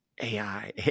AI